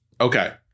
okay